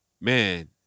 man